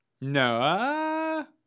No